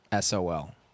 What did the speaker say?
SOL